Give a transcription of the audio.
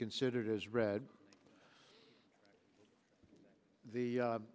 considered as read the